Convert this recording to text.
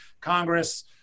Congress